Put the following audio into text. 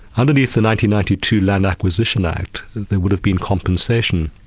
underneath the ninety ninety two land acquisition act there would have been compensation.